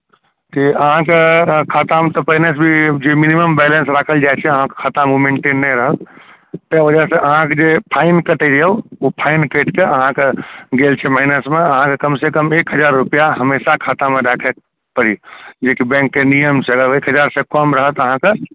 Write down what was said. हाँ हाँ एक हज़ार